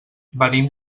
venim